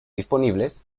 disponibles